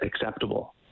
acceptable